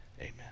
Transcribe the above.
amen